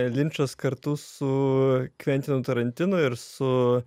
linčas kartu su kvientinu tarantino ir su